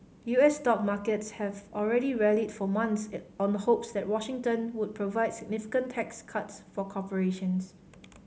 U S stock markets have already rallied for months it on a hopes that Washington would provide significant tax cuts for corporations